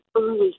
early